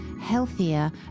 healthier